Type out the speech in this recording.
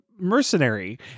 mercenary